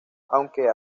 aunque